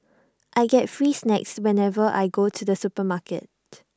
I get free snacks whenever I go to the supermarket